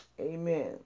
Amen